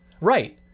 Right